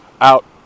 out